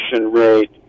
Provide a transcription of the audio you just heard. rate